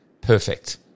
perfect